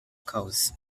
coast